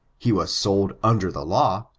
he wa sold under the law,